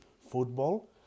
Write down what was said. football